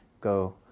go